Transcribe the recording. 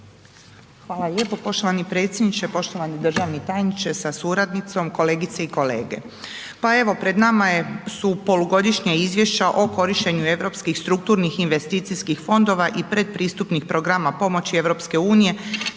Hvala lijepo poštovani predsjedniče, poštovani državni tajniče sa suradnicom, kolegice i kolege, pa evo pred nama je, su polugodišnja Izvješća o korištenju Europskih strukturnih investicijskih fondova i pretpristupnih programa pomoći EU za